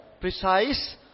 precise